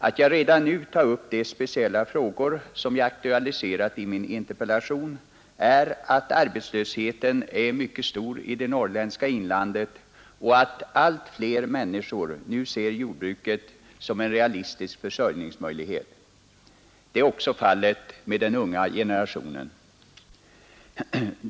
Att jag redan nu tar upp de speciella frågor som jag har aktualiserat i min interpellation beror på att arbetslösheten är mycket stor i det norrländska inlandet och att allt fler människor nu ser jordbruket som en realistisk försörjningsmöjlighet. Det är också fallet med den unga generationen.